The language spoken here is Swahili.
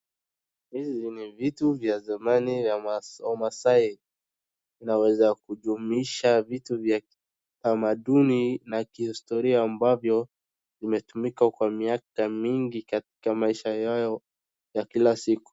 Hivi ni vitu vya zamani vya wamasai, vinaweza kujumuisha vitu vya kitamaduni na kihistoria ambavyo vimetumika kwa miaka mingi katika maisha yao ya kila siku.